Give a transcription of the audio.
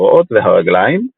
הזרועות והרגליים,